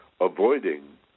Avoiding